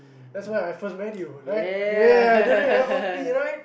that's when I first meet you right ya during F Y P right